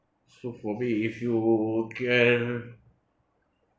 so for me you if you can